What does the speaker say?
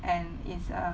and is a